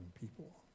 people